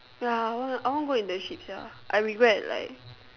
ya I want I want go internship sia I regret like